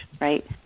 right